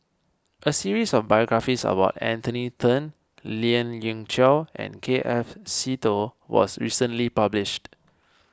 a series of biographies about Anthony then Lien Ying Chow and K F Seetoh was recently published